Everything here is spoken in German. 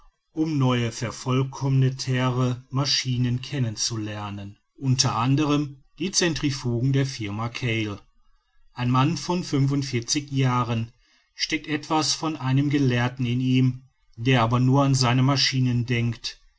um neue vervollkommnetere maschinen kennen zu lernen unter anderem die centrifugen der firma cail ein mann von fünfundvierzig jahren steckt etwas von einem gelehrten in ihm der aber nur an seine maschinen denkt